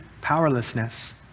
powerlessness